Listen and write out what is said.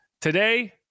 today